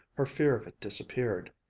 her fear of it disappeared.